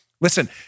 Listen